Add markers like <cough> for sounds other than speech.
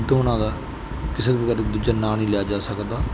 ਦੋਨਾਂ ਦਾ <unintelligible> ਨਾਂ ਨਹੀਂ ਲਿਆ ਜਾ ਸਕਦਾ